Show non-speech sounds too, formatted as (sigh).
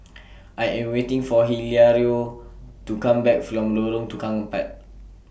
(noise) I Am waiting For Hilario (noise) to Come Back from Lorong Tukang Empat